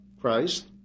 Christ